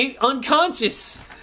unconscious